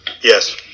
Yes